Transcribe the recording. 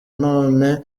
none